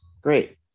great